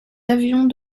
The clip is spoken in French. avions